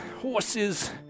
Horses